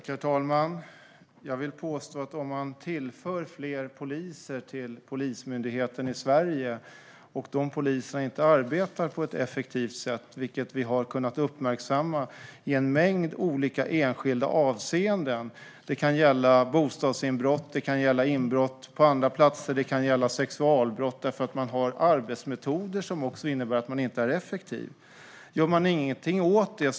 Herr talman! Jag vill påstå att om man tillför fler poliser till Polismyndigheten i Sverige och de poliserna inte arbetar på ett effektivt sätt - vilket vi har kunnat uppmärksamma i en mängd olika enskilda avseenden; det kan gälla bostadsinbrott eller inbrott på andra platser, och det kan gälla sexualbrott - därför att myndigheten har arbetsmetoder som innebär att den inte är effektiv, då måste man göra någonting åt det.